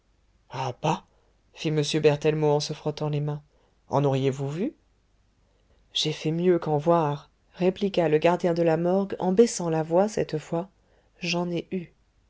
fit m berthellemot en se frottant les mains en auriez-vous vu j'ai fait mieux qu'en voir répliqua le gardien de la morgue en baissant la voix cette fois j'en ai eu